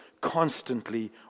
constantly